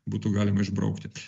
būtų galima išbraukti